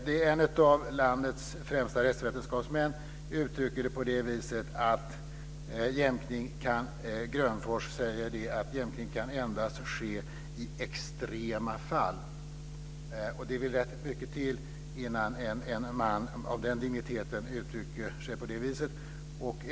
Det är en av landets främsta rättsvetenskapsmän, Grönfors, som säger att jämkning endast kan ske i extrema fall, och det vill rätt mycket till innan en man av den digniteten uttrycker sig på det viset.